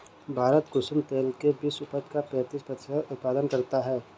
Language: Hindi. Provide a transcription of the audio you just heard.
भारत कुसुम तेल के विश्व उपज का पैंतीस प्रतिशत उत्पादन करता है